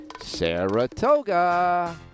Saratoga